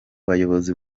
bayobozi